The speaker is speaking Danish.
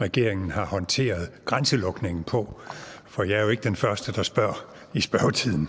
regeringen har håndteret grænselukningen på. For jeg er jo ikke den første, der spørger i spørgetiden.